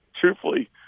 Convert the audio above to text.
truthfully